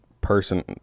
person